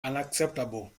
unacceptable